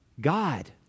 God